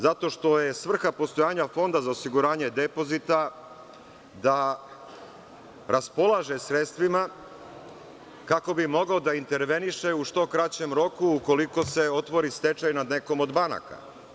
Zato što je svrha postojanja Fonda za osiguranje depozita da raspolaže sredstvima kako bi mogao da interveniše u što kraćem roku ukoliko se otvori stečaj nad nekom od banaka.